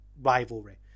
rivalry